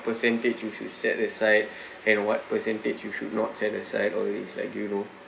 percentage you should set aside and what percentage you should not set aside always is like do you know